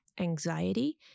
anxiety